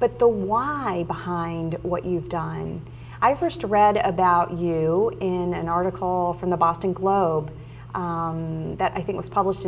but the why behind what you've done and i first read about you in an article from the boston globe that i think was published